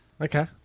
Okay